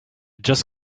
just